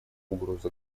угроза